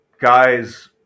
guys